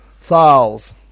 Thales